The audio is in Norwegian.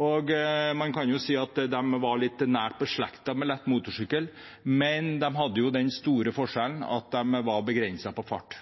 og man kan si at de var litt nært beslektet med lett motorsykkel, men med den store forskjellen at de hadde begrenset fart.